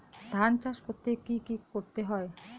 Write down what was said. ধান চাষ করতে কি কি করতে হয়?